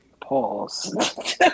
Pause